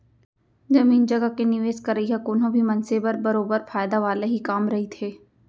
जमीन जघा के निवेस करई ह कोनो भी मनसे बर बरोबर फायदा वाले ही काम रहिथे